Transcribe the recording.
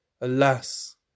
Alas